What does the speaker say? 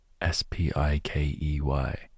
S-P-I-K-E-Y